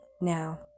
now